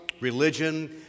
religion